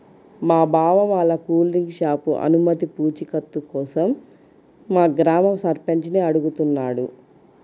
మా బావ వాళ్ళ కూల్ డ్రింక్ షాపు అనుమతి పూచీకత్తు కోసం మా గ్రామ సర్పంచిని అడుగుతున్నాడు